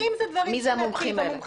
מי אלה המומחים האלה?